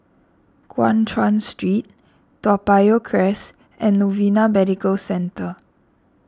Guan Chuan Street Toa Payoh Crest and Novena Medical Centre